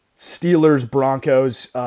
Steelers-Broncos